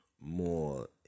more